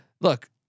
Look